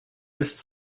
ist